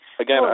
Again